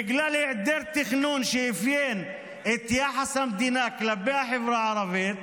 בגלל היעדר תכנון שאפיין את יחס המדינה כלפי החברה הערבית,